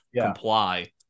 comply